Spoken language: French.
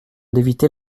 d’éviter